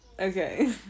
Okay